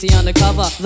undercover